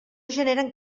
generen